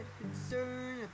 concern